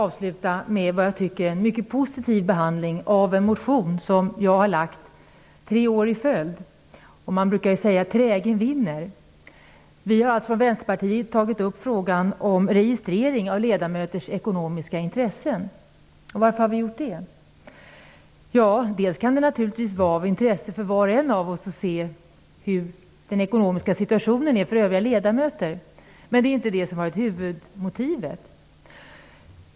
Avslutningsvis skall jag ta upp en motion som jag under tre år i följd har väckt och som har fått en mycket positiv behandling. Man brukar säga att trägen vinner. Vi från Vänsterpartiet har tagit upp frågan om registrering av ledamöters ekonomiska intressen. Och varför har vi gjort det? Ja, det kan naturligtvis vara av intresse för var och en av oss att se hur den ekonomiska situationen för övriga ledamöter ser ut. Men det är inte detta som har varit huvudmotivet.